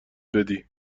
بدی